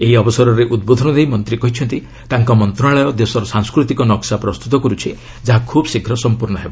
ଏହି ଅବସରରେ ଉଦ୍ବୋଧନ ଦେଇ ମନ୍ତ୍ରୀ କହିଛନ୍ତି ତାଙ୍କ ମନ୍ତ୍ରଣାଳୟ ଦେଶର ସାଂସ୍କୃତିକ ନକ୍କା ପ୍ରସ୍ତୁତ କରୁଛି ଯାହା ଖୁବ୍ଶୀଘ୍ର ସଂପୂର୍ଣ୍ଣ ହେବ